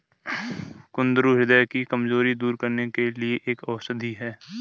कुंदरू ह्रदय की कमजोरी दूर करने के लिए एक औषधि है